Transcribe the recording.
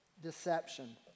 Deception